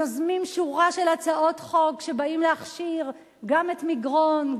יוזמים שורה של הצעות חוק שבאות להכשיר גם את מגרון,